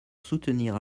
soutenir